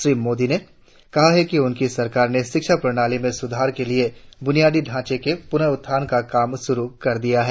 श्री मोदी ने कहा कि उनकी सरकार ने शिक्षा प्रणाली में सुधार के लिए ब्रुनियादी ढांचे के पुरुद्वार का काम शुरु कर दिया है